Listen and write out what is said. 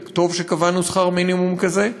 וטוב שקבענו שכר מינימום כזה,